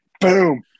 Boom